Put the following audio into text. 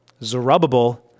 Zerubbabel